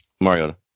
Mariota